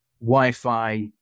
Wi-Fi